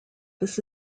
this